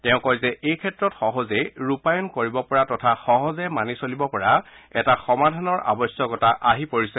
তেওঁ কয় যে এইক্ষেত্ৰত সহজেই ৰূপায়ণ কৰিব পৰা তথা সহজে মানি চলিব পৰা এটা সমাধানৰ আৱশ্যকতা আহি পৰিছে